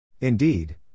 Indeed